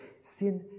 Sin